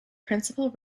principal